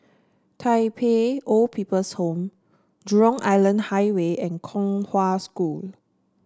Tai Pei Old People's Home Jurong Island Highway and Kong Hwa School